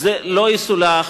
לא יסולח.